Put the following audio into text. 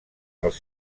als